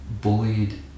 bullied